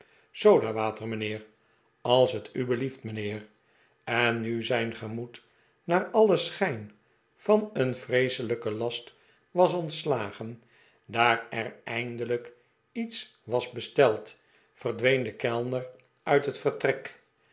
sodawater mijnheer als t u belieft mijnheer en riu zijn gemoed naar alien schijn van een vreeselijken last was ontslagen daar er eindelijk iets was besteld verdween de kellner uit het vertrek